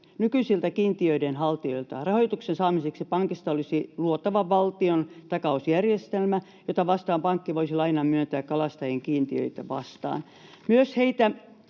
nykyisiltä kiintiöiden haltijoilta. Rahoituksen saamiseksi pankista olisi luotava valtiontakausjärjestelmä, jota vastaan pankki voisi lainan myöntää kalastajien kiintiöitä vastaan.